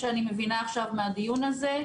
עכשיו מהדיון הזה.